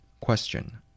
Question